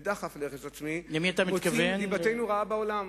ודחף להרס עצמי, הוציאו את דיבתנו רעה בעולם.